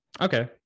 Okay